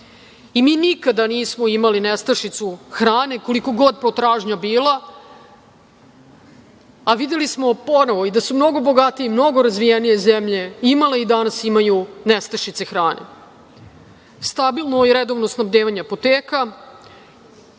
Nikada nismo imali nestašicu hrane, kolika god potražnja bila, a videli smo ponovo da su mnogo bogatije, mnogo razvijenije imale i danas imaju nestašice hrane. Stabilno i redovno snabdevanje apoteka,